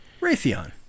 Raytheon